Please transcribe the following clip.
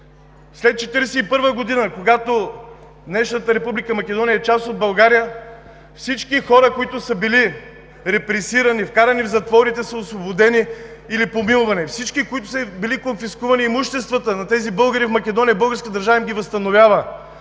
след 1941 г., когато днешната Република Македония е част от България, всички хора, които са били репресирани, вкарани в затворите, са освободени или помилвани. Всички, на които са им били конфискувани имуществата – на тези българи в Македония, българската държава им ги възстановява.